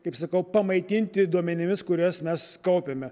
kaip sakau pamaitinti duomenimis kuriuos mes kaupiame